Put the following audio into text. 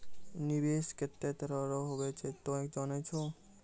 निवेश केतै तरह रो हुवै छै तोय जानै छौ